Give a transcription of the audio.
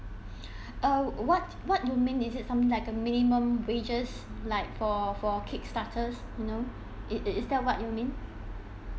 uh what what you mean is it something like a minimum wages like for for kick starters you know is is is that what you mean